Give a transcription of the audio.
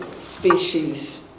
species